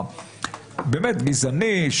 הבאמת גזעני,